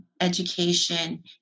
education